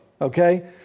okay